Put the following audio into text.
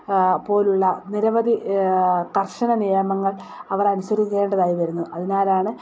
പോലുള്ള നിരവധി കർശന നിയമങ്ങൾ അവർ അനുസരിക്കേണ്ടതായി വരുന്നു അതിനാലാണ്